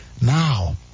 now